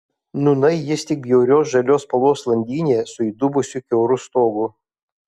nūnai jis tik bjaurios žalios spalvos landynė su įdubusiu kiauru stogu